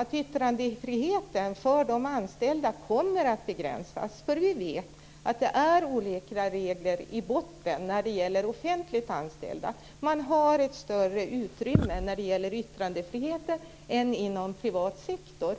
att yttrandefriheten för de anställda kommer att begränsas. Vi vet att det finns olika regler i botten för offentligt anställda. De har ett större utrymme när det gäller yttrandefriheten än vad man har inom privat sektor.